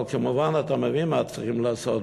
אבל כמובן אתה מבין מה אתם צריכים לעשות,